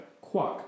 Quack